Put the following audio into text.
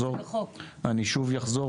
אני שוב אחזור